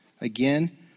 again